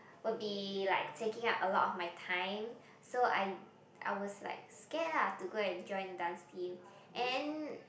will be like taking up a lot of my time so I I was like scared lah to go and join dance team and